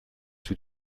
two